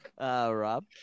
Rob